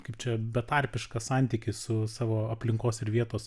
kaip čia betarpišką santykį su savo aplinkos ir vietos